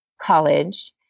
college